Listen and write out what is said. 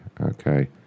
okay